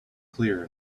clear